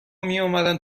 میومدن